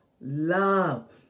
love